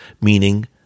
meaning